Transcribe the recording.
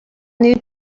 new